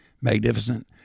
magnificent